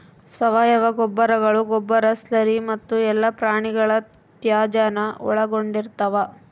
ಸಾವಯವ ಗೊಬ್ಬರಗಳು ಗೊಬ್ಬರ ಸ್ಲರಿ ಮತ್ತು ಎಲ್ಲಾ ಪ್ರಾಣಿಗಳ ತ್ಯಾಜ್ಯಾನ ಒಳಗೊಂಡಿರ್ತವ